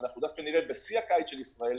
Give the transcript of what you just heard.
בשיא הקיץ של ישראל,